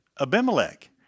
Abimelech